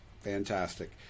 Fantastic